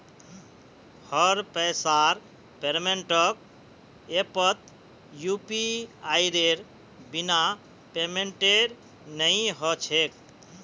हर पैसार पेमेंटक ऐपत यूपीआईर बिना पेमेंटेर नइ ह छेक